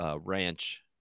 ranch